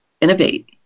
innovate